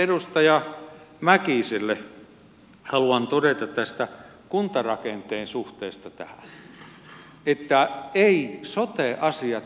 edustaja mäkiselle haluan todeta kuntarakenteen suhteesta että eivät sote asiat ratkea kuntarakenteella